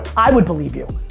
i would believe you.